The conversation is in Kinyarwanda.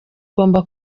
ugomba